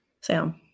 Sam